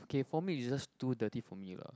okay for me is just too dirty for me lah